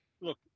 look